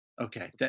Okay